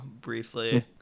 briefly